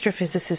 astrophysicist